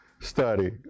study